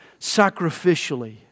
sacrificially